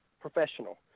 professional